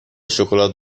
شکلات